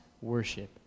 worship